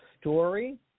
story